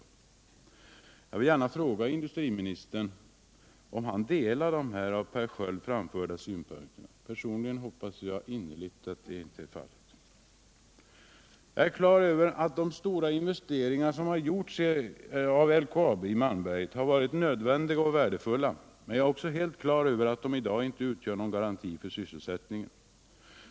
Jag vill gärna fråga industriministern om han instämmer i de här av Per Sköld framförda synpunkterna. Personligen hoppas jag innerligt att det inte är fallet. Jag är klar över att de stora investeringar som har gjorts av LKAB i Malmberget har varit nödvändiga och värdefulla, men jag är också helt på det klara med att de i dag tyvärr inte utgör någon garanti för sysselsättningen.